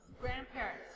grandparents